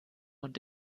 und